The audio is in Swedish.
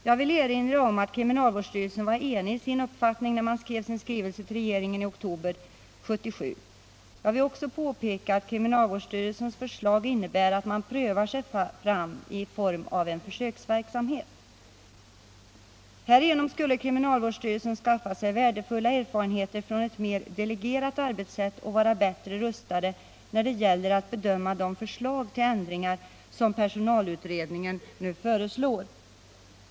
Jag vill erinra om att kriminalvårdsstyrelsen var enig i sin uppfattning när den avlämnade sin skrivelse till regeringen i oktober månad 1977. Dessutom vill jag påpeka att kriminalvårdsstyrelsens förslag innebär att man prövar sig fram i form av en försöksverksamhet. Härigenom skulle kriminalvårdsstyrelsen skaffa sig värdefulla erfarenheter från et mer delegerat arbetssätt och vara bättre rustad när det gäller att bedöma de förslag till ändringar som personalutredningen föreslår.